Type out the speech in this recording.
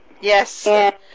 Yes